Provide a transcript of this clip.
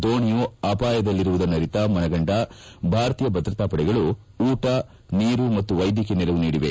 ದೋಣಿಯು ಅಪಾಯದಲ್ಲಿರುವುದನ್ನು ಮನಗಂದ ಭಾರತೀಯ ಭದ್ರತಾ ಪಡೆಗಳು ಊಟ ನೀರು ಮತ್ತು ವೈದ್ಯಕೀಯ ನೆರವು ನೀಡಿದೆ